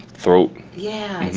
throat yeah,